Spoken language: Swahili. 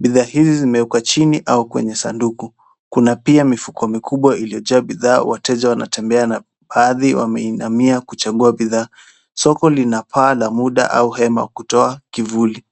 Bidhaa hizi zimewekwa chini au kwenye sanduku, kuna pia mifuko mikubwa iliyojaa baadhi. Wateja wanatembea, na baadhi wameinamia kuchagua bidhaa. Soko lina paa ya muda au hema kutoa kivuli.